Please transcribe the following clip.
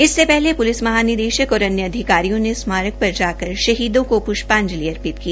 इससे पहले प्लिस महानिदेशक और अन्य अधिकारियों ने स्मारक पर जाकर शहीदों को श्रद्धांजलि अर्पित की